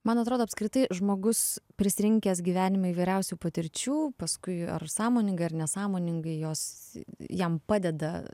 man atrodo apskritai žmogus prisirinkęs gyvenime įvairiausių patirčių paskui ar sąmoningai ar nesąmoningai jos jam padeda